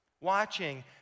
watching